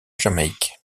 jamaïque